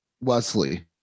Wesley